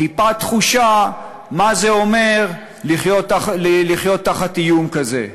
טיפת תחושה מה זה אומר לחיות תחת איום כזה.